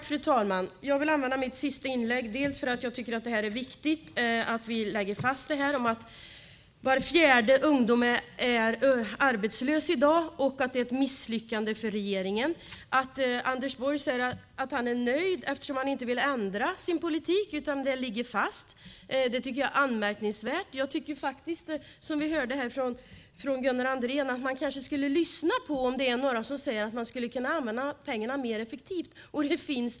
Fru talman! Jag vill använda mitt sista inlägg till att säga att jag tycker att det är viktigt att vi lägger fast att var fjärde ungdom är arbetslös och att det är ett misslyckande för regeringen. Anders Borg säger att han är nöjd. Han vill inte ändra sin politik, utan den ligger fast. Det tycker jag är anmärkningsvärt. Som Gunnar Andrén sade kanske man skulle lyssna på om någon säger att man kan använda pengarna mer effektivt.